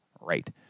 right